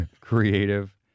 Creative